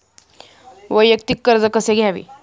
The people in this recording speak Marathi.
वैयक्तिक कर्ज कसे घ्यावे?